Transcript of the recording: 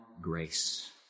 grace